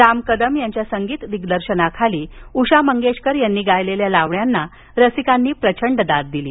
राम कदम यांच्या संगीत दिग्दर्शनाखाली उषा मंगेशकर यांनी गायलेल्या लावण्याना रसिकांनी प्रचंड दाद दिली